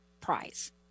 prize